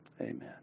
Amen